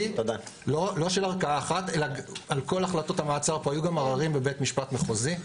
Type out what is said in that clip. אלא על כל החלטות המעצר פה היו גם עררים בבית משפט מחוזי.